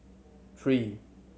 three